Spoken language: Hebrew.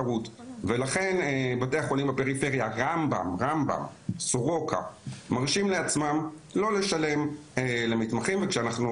כרגע מאושפזת אצלנו בטיפול נמרץ ילדה בת 4 במצב אנוש שהייתה